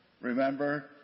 Remember